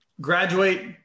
graduate